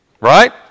right